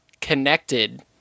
connected